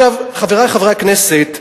חברי חברי הכנסת,